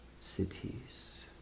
cities